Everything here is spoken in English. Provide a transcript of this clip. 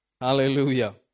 Hallelujah